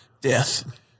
Death